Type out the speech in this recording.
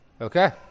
Okay